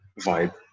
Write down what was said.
vibe